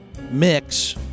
mix